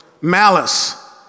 malice